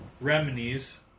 remedies